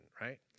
right